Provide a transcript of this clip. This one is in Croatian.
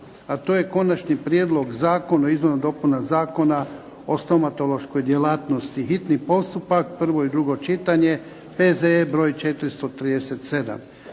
o izmjenama i dopunama Zakona o stomatološkoj djelatnosti. Hitni je postupak, prvo i drugo čitanje, P.Z. broj 437.